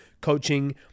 coaching